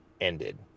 ended